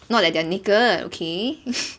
not that they're naked okay